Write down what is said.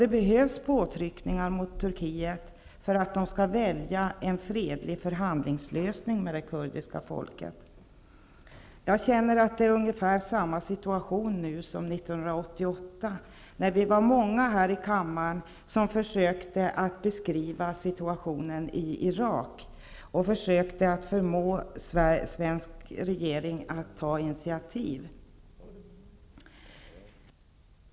Det behövs påtryckningar på Turkiet för att man skall välja en fredlig förhandlingslösning av problemet med det kurdiska folket. Jag upplever att det är samma situation nu som år 1988. Vi var då många här i kammaren som försökte beskriva situationen i Irak i syfte att förmå vår regering att ta initiativ.